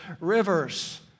rivers